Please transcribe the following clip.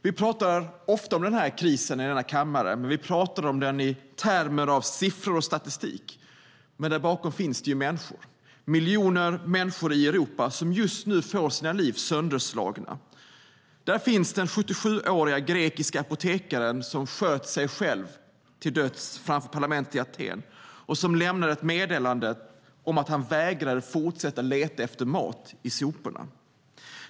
Vi talar ofta om denna kris i denna kammare, och vi talar om den i termer av siffror och statistik, men där bakom finns människor, miljoner människor i Europa som just nu får sina liv sönderslagna. Där finns den 77-åriga grekiska apotekaren som sköt sig själv till döds framför parlamentet i Aten och som lämnade ett meddelande om att han vägrade att fortsätta leta efter mat i soporna.